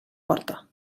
porta